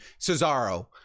Cesaro